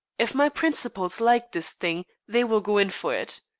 if my principals like this thing they will go in for it.